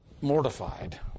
mortified